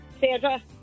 Sandra